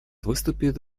выступит